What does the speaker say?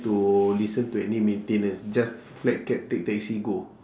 to listen to any maintenance just flag cab take taxi go